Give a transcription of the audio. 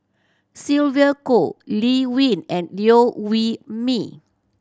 Sylvia Kho Lee Wen and Liew Wee Mee